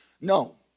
No